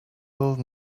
old